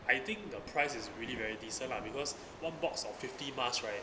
I think the price is really very decent lah because one box of fifty masks right